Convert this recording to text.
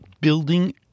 building